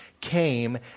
came